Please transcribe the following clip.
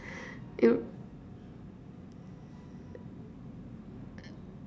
uh